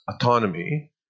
autonomy